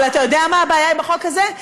אבל אתה יודע מה הבעיה עם החוק הזה?